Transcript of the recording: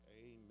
Amen